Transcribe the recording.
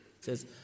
says